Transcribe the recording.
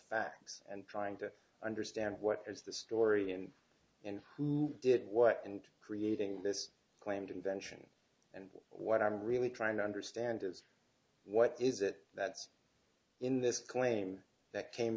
facts and trying to understand what has the story and and who did what and creating this claimed invention and what i'm really trying to understand is what is it that's in this claim that came